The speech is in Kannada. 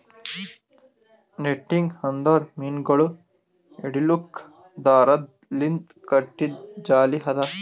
ನೆಟ್ಟಿಂಗ್ ಅಂದುರ್ ಮೀನಗೊಳ್ ಹಿಡಿಲುಕ್ ದಾರದ್ ಲಿಂತ್ ಕಟ್ಟಿದು ಜಾಲಿ ಅದಾ